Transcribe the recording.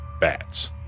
bats